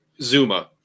Zuma